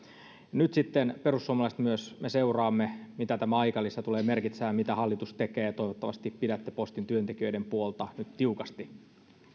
nyt sitten me perussuomalaiset seuraamme mitä tämä aikalisä tulee merkitsemään ja mitä hallitus tekee toivottavasti pidätte nyt postin työntekijöiden puolta tiukasti myönnän